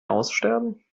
aussterben